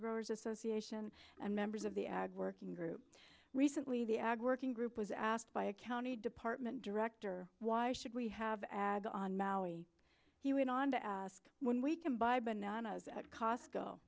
growers association and members of the ag working group recently the ag working group was asked by a county department director why should we have add on maui he went on to ask when we can buy bananas at cosco